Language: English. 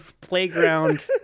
Playground